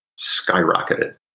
skyrocketed